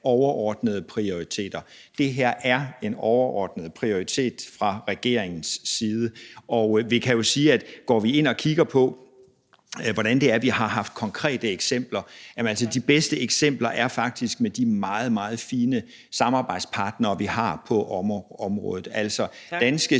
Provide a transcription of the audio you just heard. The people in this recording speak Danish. overordnede prioriteter. Det her er en overordnet prioritet fra regeringens side. Og hvis vi går ind og kigger på, hvad der er af konkrete eksempler, vil jeg sige, at de bedste eksempler faktisk er med de meget, meget fine samarbejdspartnere, vi har på området, altså danske